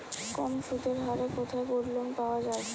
কম সুদের হারে কোথায় গোল্ডলোন পাওয়া য়ায়?